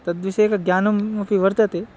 तद्विषयकज्ञानम् अपि वर्तते